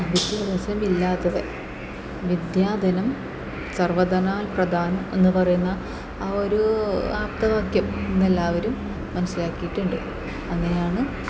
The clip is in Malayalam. വിദ്യാഭ്യാസം ഇല്ലാത്തവൻ വിദ്യാധനം സർവ്വധനാൽ പ്രധാനം എന്നു പറയുന്ന ആ ഒരു അർത്ഥ വാക്യം ഇന്ന് എല്ലാവരും മനസ്സിലാക്കിയിട്ടുണ്ട് അങ്ങനെയാണ്